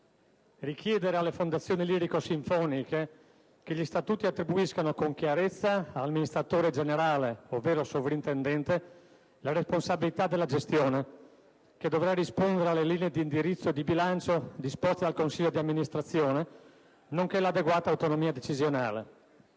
richiedere alle fondazioni lirico-sinfoniche che gli statuti attribuiscano con chiarezza all'amministratore generale, ovvero al sovrintendente, la responsabilità della gestione che dovrà rispondere alle linee di indirizzo e di bilancio disposte dal consiglio di amministrazione, nonché l'adeguata autonomia decisionale;